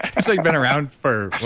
it's like been around for. what?